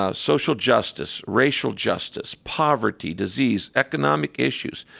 ah social justice, racial justice, poverty, disease, economic issues.